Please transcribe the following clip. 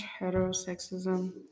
heterosexism